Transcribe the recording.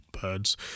birds